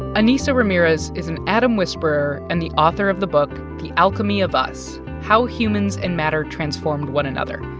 ainissa ramirez is an atom whisperer and the author of the book the alchemy of us how humans and matter transformed one another,